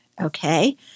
okay